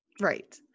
Right